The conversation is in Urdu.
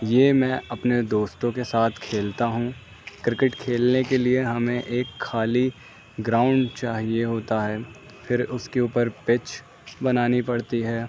یہ میں اپنے دوستوں کے ساتھ کھیلتا ہوں کرکٹ کھیلنے کے لیے ہمیں ایک خالی گراؤنڈ چاہیے ہوتا ہے پھر اس کے اوپر پچ بنانی پڑتی ہے